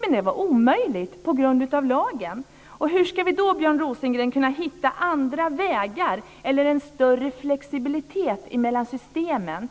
Men det var omöjligt på grund av lagen. Hur ska vi, Björn Rosengren, kunna hitta andra vägar, eller en större flexibilitet mellan systemen?